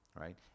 right